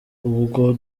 ubwo